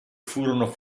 furono